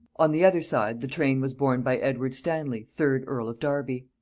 on the other side the train was borne by edward stanley third earl of derby.